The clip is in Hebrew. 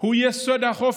הוא יסוד החופש,